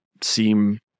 seem